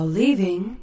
leaving